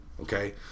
Okay